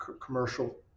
commercial